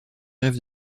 grèves